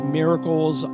miracles